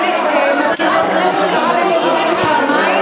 סגנית מזכירת הכנסת קראה לניר אורבך פעמיים,